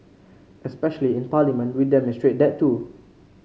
especially in Parliament we demonstrate that too